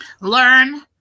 learn